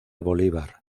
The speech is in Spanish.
bolívar